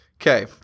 Okay